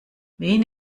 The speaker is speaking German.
wen